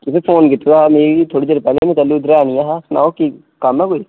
तुसें फोन कीते दा ही मिगी थोह्ड़े देर पैहले मीं पैहले इद्धर ऐ नी ऐ हा सनाओ कम्म ऐ कोई